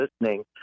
listening